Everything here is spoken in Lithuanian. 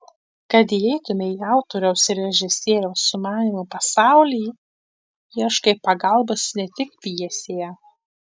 kad įeitumei į autoriaus ir režisieriaus sumanymo pasaulį ieškai pagalbos ne tik pjesėje